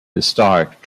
historic